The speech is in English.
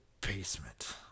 basement